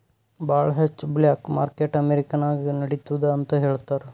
ಭಾಳ ಹೆಚ್ಚ black market America ನಾಗ್ ನಡಿತ್ತುದ್ ಅಂತ್ ಹೇಳ್ತಾರ್